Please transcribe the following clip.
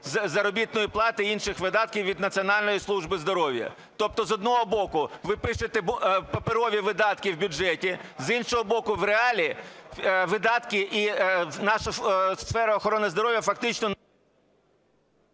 заробітної плати і інших видатків від Національної служби здоров'я. Тобто, з одного боку, ви пишете паперові видатки в бюджеті, з іншого боку, в реалії видатки. І наша сфера охорони здоров'я фактично…